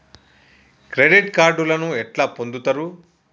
Credit కార్డులను ఎట్లా పొందుతరు?